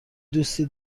دوستی